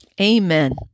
Amen